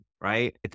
right